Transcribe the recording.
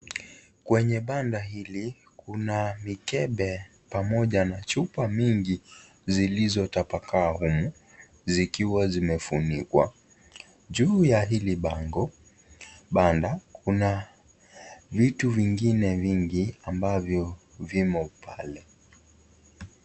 Kwenye banda hili kuna mikembe pamoja na chupa mingi zilizotapakaa humu zikiwa zimefunikwa. Juu ya hili banda kuna vitu vingine vingi ambavyo vimo pale.